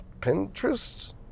pinterest